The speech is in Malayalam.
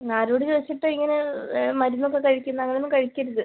ആരോട് ചോദിച്ചിട്ടാണ് ഇങ്ങനെ മരുന്നൊക്കെ കഴിക്കുന്നത് അങ്ങനെ ഒന്നും കഴിക്കരുത്